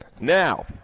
Now